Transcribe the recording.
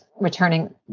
returning